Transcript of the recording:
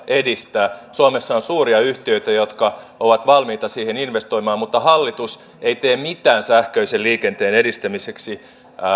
edistää suomessa on suuria yhtiöitä jotka ovat valmiita siihen investoimaan mutta hallitus ei tee mitään sähköisen liikenteen edistämiseksi